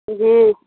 جی